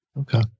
Okay